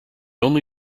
only